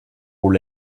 aux